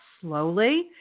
slowly